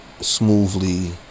smoothly